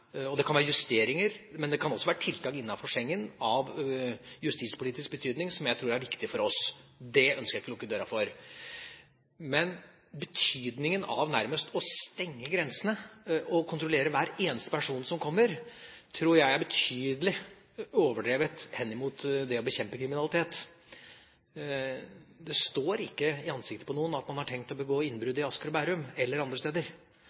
Det kan være justeringer, men det kan også være tiltak innenfor Schengen av justispolitisk betydning, som jeg tror er viktig for oss. Det ønsker jeg ikke å lukke døra for. Men betydningen av nærmest å stenge grensene, å kontrollere hver eneste person som kommer, tror jeg er betydelig overdrevet når det gjelder å bekjempe kriminalitet. Det står ikke skrevet i ansiktet på noen at man har tenkt å begå innbrudd i Asker og Bærum eller andre steder.